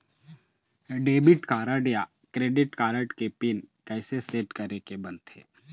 Debit card या credit card के pin कइसे सेट करे के बनते?